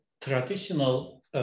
traditional